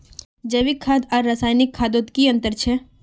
जैविक खाद आर रासायनिक खादोत की अंतर छे?